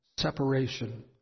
Separation